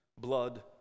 blood